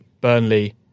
Burnley